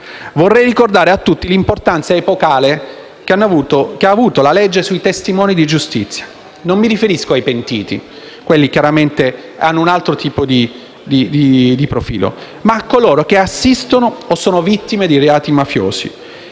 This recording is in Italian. Vorrei ricordare a tutti l'importanza epocale che ha avuto la legge sui testimoni di giustizia; non mi riferisco ai pentiti (quelli chiaramente hanno un altro tipo di profilo), ma a coloro che assistono o sono vittime di reati mafiosi;